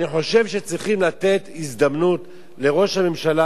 אני חושב שצריכים לתת הזדמנות לראש הממשלה,